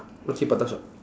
roti prata shop